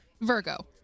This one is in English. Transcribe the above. Virgo